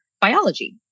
biology